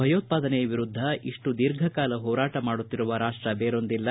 ಭಯೋತ್ಪಾದನೆಯ ವಿರುದ್ದ ಇಷ್ಟು ದೀರ್ಘ ಕಾಲ ಹೋರಾಟ ಮಾಡುತ್ತಿರುವ ರಾಷ್ಟ ಬೇರೊಂದಿಲ್ಲ